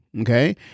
Okay